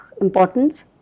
importance